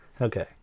Okay